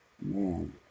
man